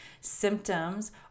symptoms